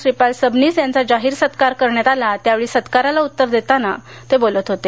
श्रीपाल सबनीस यांचा जाहीर सत्कार करण्यात आला त्यावेळी सत्काराला उत्तर देताना ते बोलत होते